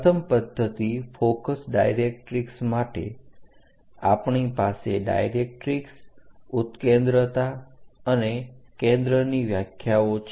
પ્રથમ પદ્ધતિ focus directrix માટે આપણી પાસે ડાઇરેક્ટરીક્ષ ઉત્કેન્દ્રતા અને કેન્દ્રની વ્યાખ્યાઓ છે